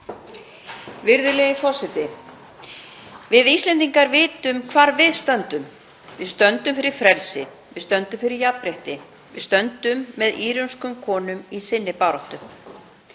Virðulegi forseti. Við Íslendingar vitum hvar við stöndum. Við stöndum fyrir frelsi, við stöndum fyrir jafnrétti, við stöndum með írönskum konum í sinni baráttu.